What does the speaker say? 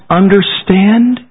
understand